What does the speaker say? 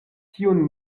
tiun